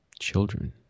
children